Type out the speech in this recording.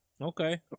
okay